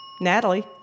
Natalie